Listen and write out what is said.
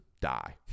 die